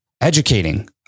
educating